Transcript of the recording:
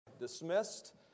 dismissed